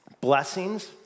blessings